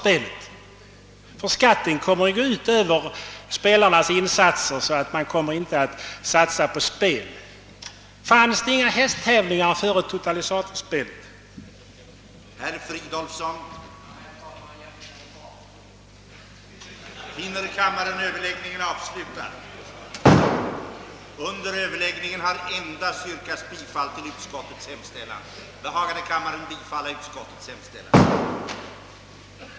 Skatten kommer att gå ut över spelarnas vinster, varför man — hävdas det — inte kom mer att satsa på spel. Då frågar jag: Fanns det inga hästsporttävlingar före totalisatorspelets införande?